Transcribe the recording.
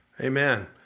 Amen